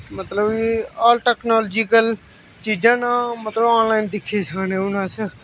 मतलब कि all technological चीजां न मतलब आनलाइन दिक्खी सकनें हून अस